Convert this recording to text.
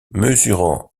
mesurant